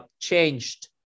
changed